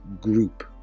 group